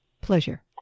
pleasure